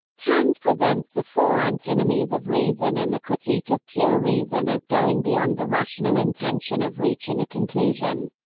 kant presents the four antinomies of reason in the critique of pure reason as going beyond the rational intention of reaching a conclusion.